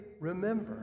remember